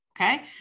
Okay